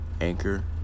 Anchor